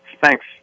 Thanks